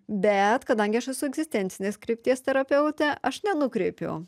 bet kadangi aš esu egzistencinės krypties terapeutė aš nenukreipiu